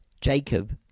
Jacob